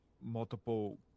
multiple